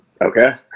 Okay